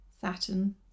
Saturn